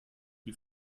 die